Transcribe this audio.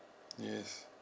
yes